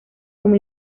como